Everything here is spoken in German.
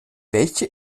welche